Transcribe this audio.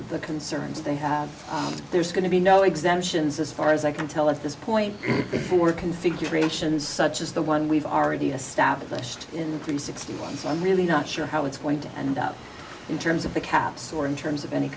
the concerns they have there's going to be no exemptions as far as i can tell us this point before configurations such as the one we've already established in the sixty one so i'm really not sure how it's going to end up in terms of the caps or in terms of any